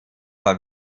war